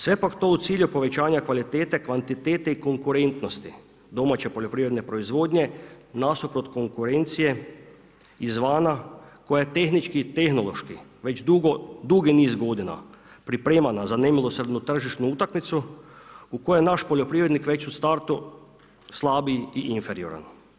Sve pak to u cilju povećanja kvalitete, kvantitete i konkurentnosti domaće poljoprivredne proizvodnje nasuprot konkurencije izvana koja je tehnički i tehnološki već dugi niz godina pripremana za nemilosrdnu tržišnu utakmicu u kojoj naš poljoprivrednik već u startu slab i inferioran.